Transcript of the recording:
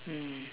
mm